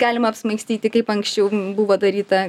galima apsmaigstyti kaip anksčiau m buvo daryta